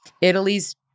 italy's